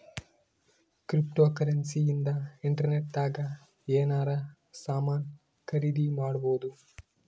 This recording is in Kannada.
ಕ್ರಿಪ್ಟೋಕರೆನ್ಸಿ ಇಂದ ಇಂಟರ್ನೆಟ್ ದಾಗ ಎನಾರ ಸಾಮನ್ ಖರೀದಿ ಮಾಡ್ಬೊದು